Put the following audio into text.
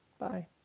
Bye